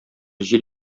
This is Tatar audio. җил